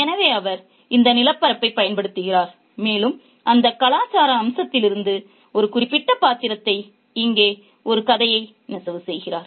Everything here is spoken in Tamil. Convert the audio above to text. எனவே அவர் இந்த நிலப்பரப்பைப் பயன்படுத்துகிறார் மேலும் அந்தக் கலாச்சார அம்சத்திலிருந்து ஒரு குறிப்பிட்ட பாத்திரத்தை இங்கே ஒரு கதையை நெசவு செய்கிறார்